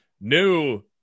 New